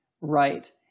Right